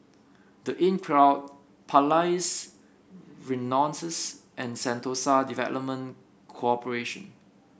The Inncrowd Palais Renaissance and Sentosa Development Corporation